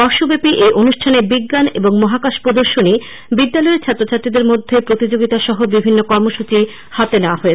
বর্ষব্যাপী এই অনুষ্ঠানে বিজ্ঞান এবং মহাকাশ প্রদর্শনী বিদ্যালয়ের ছাত্রছাত্রীদের মধ্যে প্রতিযোগিতা সহ বিভিন্ন কর্মসূচি হাতে নেওয়া হয়েছে